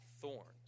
thorns